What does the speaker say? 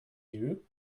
you